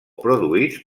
produïts